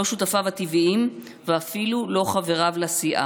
לא שותפיו הטבעיים ואפילו לא חבריו לסיעה.